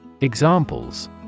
Examples